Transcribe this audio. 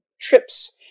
trips